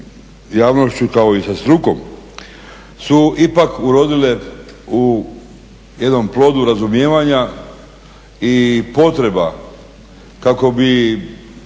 javnošću kao i sa strukom su ipak urodile u jednom plodu razumijevanja i potreba kako bi